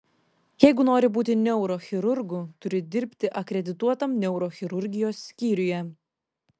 jeigu nori būti neurochirurgu turi dirbti akredituotam neurochirurgijos skyriuje